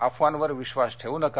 अफवांवर विश्वास ठेवू नका